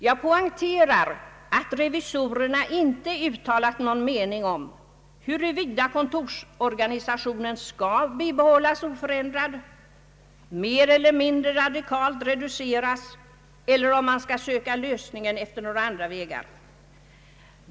Jag poängterar att revisorerna icke framfört någon mening om huruvida nuvarande kontorsorganisation skall bibehållas oförändrad, mer eller mindre radikalt reduceras eller om en lösning skall sökas efter andra vägar.